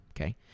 okay